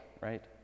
right